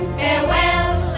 farewell